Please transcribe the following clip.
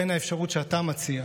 בין האפשרות שאתה מציע,